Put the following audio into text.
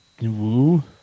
woo